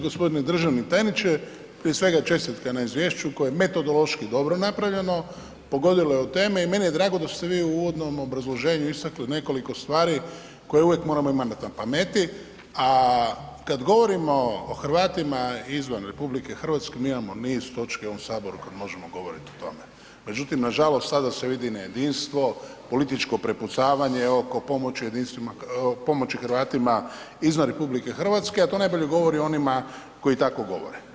G. državni tajniče, prije svega čestitke na izvješću koje je metodološki dobro napravljeno, pogodilo je o temi i meni je drago da ste vi u uvodnom obrazloženju istaknuli nekoliko stvari koje uvijek moramo imat na pamet a kad govorimo o Hrvatima izvan RH, mi imamo niz točki u ovom Saboru o kojima možemo govoriti o tome međutim nažalost, sada se vidi nejedinstvo, političko prepucavanje oko pomoći Hrvatima izvan Rh a to najbolje govori i onima koji tako govore.